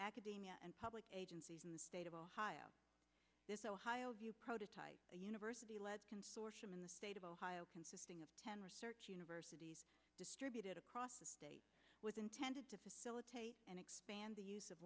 academia and public agencies in the state of ohio prototype university led consortium in the state of ohio consisting of ten research universities distributed across the state was intended to facilitate and expand the use of